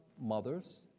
mothers